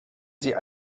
sie